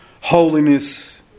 holiness